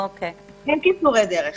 אין קיצורי דרך.